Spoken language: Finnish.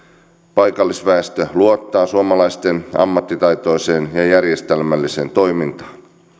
paikallisväestö luottaa suomalaisten ammattitaitoiseen ja ja järjestelmälliseen toimintaan